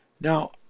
now